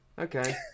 okay